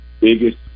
biggest –